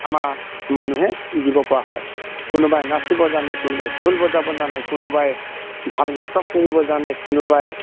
আমাৰ মানুহে দিব পৰা হয় কোনোবাই নাচিব জানে কোনোবাই ঢোল বজাব জানে কোনোবাই ভাল নাটক কৰিব জানে কোনোবাই